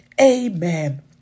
amen